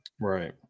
Right